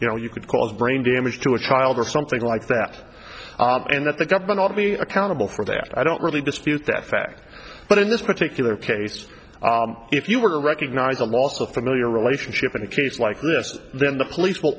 you know you could cause brain damage to a child or something like that and that the government ought to be accountable for that i don't really dispute that fact but in this particular case if you were to recognize the loss of familiar relationship in a case like this then the police will